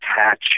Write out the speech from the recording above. attach